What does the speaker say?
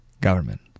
government